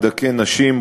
מדכא נשים,